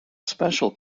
special